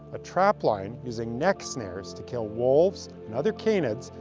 a trapline, using neck snares to kill wolves, and other canids,